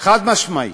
חד-משמעית.